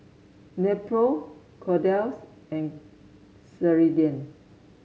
Nepro Kordel's and Ceradan